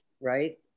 right